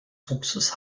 fuchses